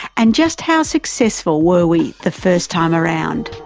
and just how successful were we the first time around?